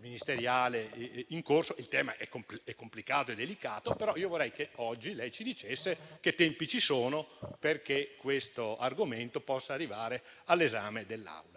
ministeriale in corso. Il tema è complicato e delicato, però vorrei che oggi lei ci dicesse quali saranno i tempi affinché questo argomento possa arrivare all'esame dell'Assemblea.